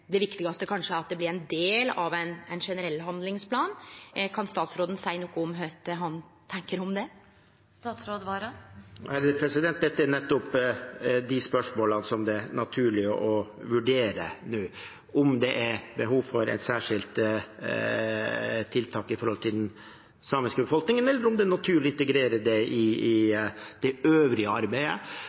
det viktigaste kanskje er at det blir ein del av ein generell handlingsplan. Kan statsråden seie noko om kva han tenkjer om det? Dette er nettopp de spørsmålene som det er naturlig å vurdere nå, om det er behov for et særskilt tiltak når det gjelder den samiske befolkningen, eller om det er naturlig å integrere det i det øvrige arbeidet – og i det andre arbeidet